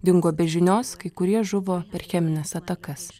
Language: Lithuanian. dingo be žinios kai kurie žuvo per chemines atakas